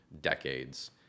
decades